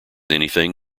anything